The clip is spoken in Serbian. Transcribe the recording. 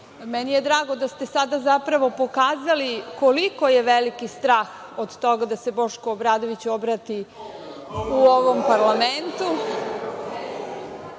Meni je drago da ste upravo pokazali koliko je veliki strah od toga da se Boško Obradović obrati u ovom Parlamentu,